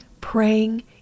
praying